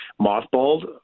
mothballed